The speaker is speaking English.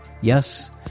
Yes